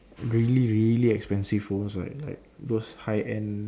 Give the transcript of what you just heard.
really really expensive phones like like those high end